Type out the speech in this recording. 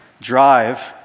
drive